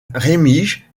rémiges